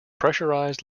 pressurized